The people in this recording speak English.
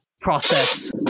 process